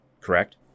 Correct